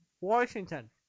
Washington